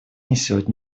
несет